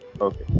Okay